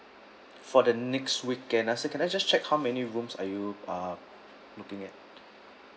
for the next weekend uh so can I just check how many rooms are you uh looking at